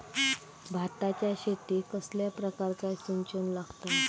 भाताच्या शेतीक कसल्या प्रकारचा सिंचन लागता?